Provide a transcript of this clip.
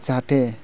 जाहाथे